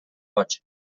boig